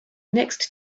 next